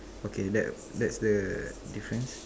okay that that's the difference